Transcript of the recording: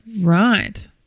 Right